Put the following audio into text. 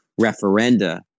referenda